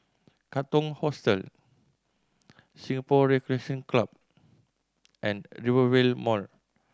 Katong Hostel Singapore Recreation Club and Rivervale Mall